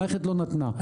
המערכת לא נתנה.